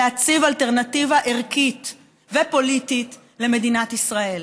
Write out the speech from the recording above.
להציב אלטרנטיבה ערכית ופוליטית למדינת ישראל.